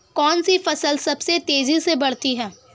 कौनसी फसल सबसे तेज़ी से बढ़ती है?